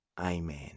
Amen